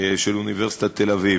של אוניברסיטת תל-אביב.